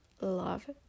love